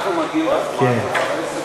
בזמן?